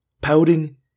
pouting